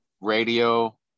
radio